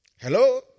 Hello